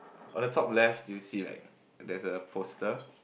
but the top left do you see like that's a poster